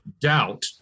doubt